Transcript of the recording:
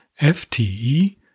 FTE